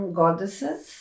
goddesses